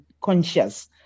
conscious